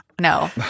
No